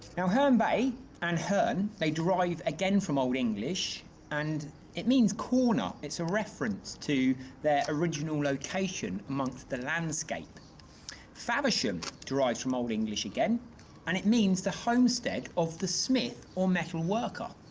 now herne bay and hearn they drive again from old english and it means corner it's a reference to their original location amongst the landscape faversham derives from old english again and it means the homestead of the smith or metalworker.